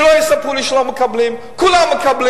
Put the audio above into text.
שלא יספרו לי שלא מקבלים, כולם מקבלים.